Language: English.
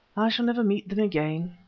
i shall never meet them again.